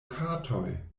katoj